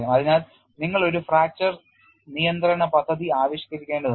അതിനാൽ നിങ്ങൾ ഒരു ഫ്രാക്ചർ നിയന്ത്രണ പദ്ധതി ആവിഷ്കരിക്കേണ്ടതുണ്ട്